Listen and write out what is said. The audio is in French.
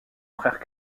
frère